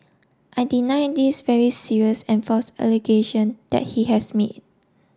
I deny this very serious and false allegation that he has made